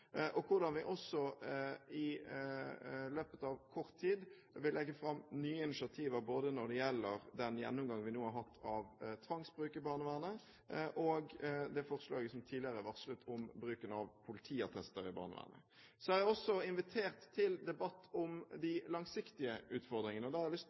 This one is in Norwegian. og hvordan vi også i løpet av kort tid vil legge fram nye initiativ, både når det gjelder den gjennomgangen vi nå har hatt av tvangsbruk i barnevernet, og det forslaget som tidligere er varslet, om bruken av politiattester i barnevernet. Så har jeg også invitert til debatt om de langsiktige utfordringene. Da har jeg lyst